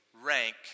rank